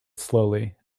slowly